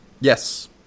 Yes